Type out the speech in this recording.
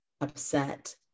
upset